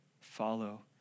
follow